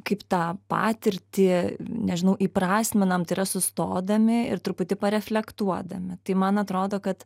kaip tą patirtį nežinau įprasminam tai yra sustodami ir truputį pareflektuodami tai man atrodo kad